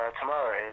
Tomorrow